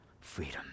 freedom